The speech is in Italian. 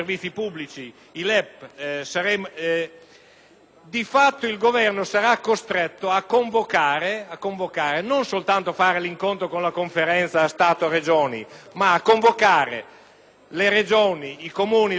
Di fatto, il Governo sarà costretto non soltanto a convocare la Conferenza Stato-Regioni, ma a convocare Regioni, Comuni e Province ogni volta che dovrà fare questo tipo di lavoro, per